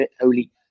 holy